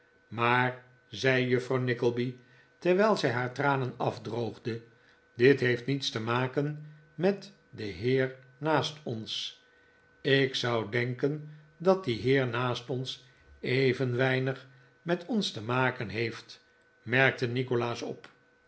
maar zei juffrouw nickleby terwijl zij haar tranen afdroogde dit heeft niets te maken met den heer naast ons ik zou denken dat die heer naast ons even weinig met ons te maken heeft merkte nikolaas op